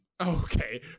Okay